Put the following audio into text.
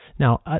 Now